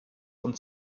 und